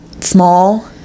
small